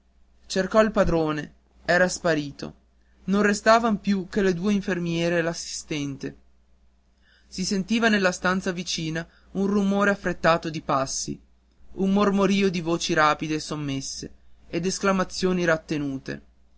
cercò il padrone era sparito non restavan più che le due infermiere e l'assistente si sentiva nella stanza vicina un rumore affrettato di passi un mormorio di voci rapide e sommesse e d'esclamazioni rattenute